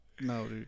No